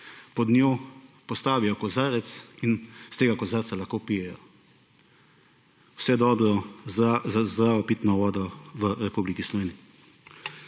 pod njo postavijo kozarec in iz tega kozarca lahko pijejo. Vse dobro za zdravo pitno vodo v Republiki Sloveniji!